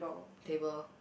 table